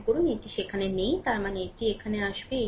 মনে করুন এটি সেখানে নেই তার মানে এটি এখানে আসবে